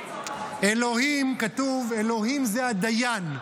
אלוהים, כתוב, אלוהים זה הדיין.